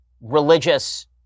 religious